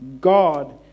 God